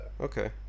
Okay